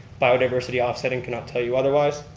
biodiversity offsetting cannot tell you otherwise.